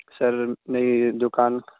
سر میری یہ دکان